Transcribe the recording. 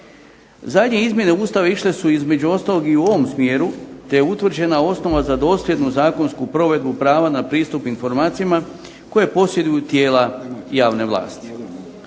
Zadnje izmjene Ustava išle su između ostalog i u ovom smjeru te je utvrđena osnova za dosljednu zakonsku provedbu prava na pristup informacijama koje posjeduju tijela javne vlasti.